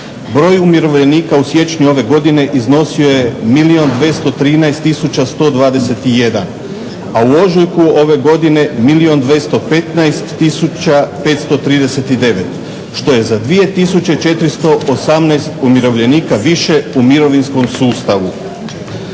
Broj umirovljenika u siječnju ove godine iznosio je milijun 213 tisuća 121, a u ožujku ove godine milijun 215 tisuća 539 što je za 2 418 umirovljenika više u mirovinskom sustavu.